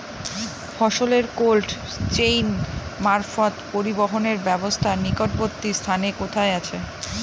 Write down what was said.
ফসলের cold chain মারফত পরিবহনের ব্যাবস্থা নিকটবর্তী স্থানে কোথায় আছে?